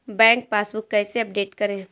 Bank passbook कैसे update करें?